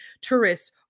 tourists